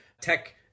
tech